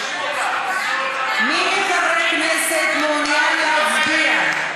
מי מחברי הכנסת מעוניין להצביע?